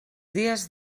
dies